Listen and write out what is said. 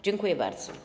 Dziękuję bardzo.